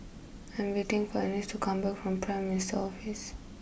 I'm waiting for Anice to come back from Prime Minister Office